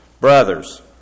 Brothers